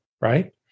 right